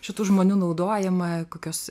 šitų žmonių naudojama kokios